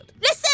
Listen